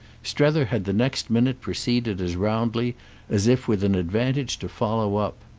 strether had the next minute proceeded as roundly as if with an advantage to follow up.